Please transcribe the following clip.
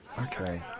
okay